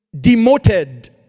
demoted